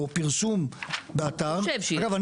או פרסום באתר אגב,